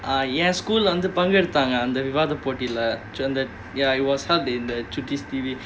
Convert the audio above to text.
uh ya school பங்கெடுத்தாங்க அந்த விவாத போட்டில:pangeduthaanga antha vivathaa pottila ya it was held in the chutti's T_V